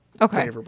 okay